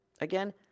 again